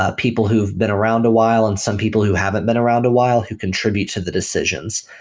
ah people who've been around a while and some people who haven't been around a while who contribute to the decisions.